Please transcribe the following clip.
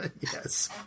yes